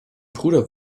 bruder